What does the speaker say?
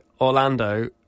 Orlando